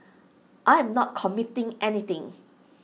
I am not committing anything